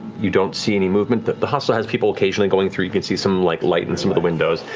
you don't see any movement. the the hostel has people occasionally going through. you can see some like light in some of the windows.